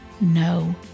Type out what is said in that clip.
no